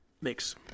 mix